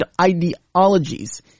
ideologies